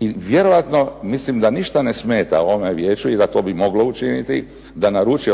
i vjerojatno mislim da ništa ne smeta ovome vijeću i da to bi moglo učiniti da naruči